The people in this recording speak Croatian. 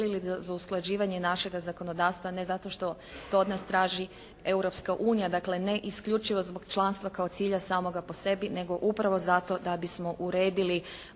za usklađivanje našega zakonodavstva ne zato što to od nas traži Europska unija. Dakle, ne isključivo zbog članstva kao cilja samoga po sebi, nego upravo zato da bismo uredili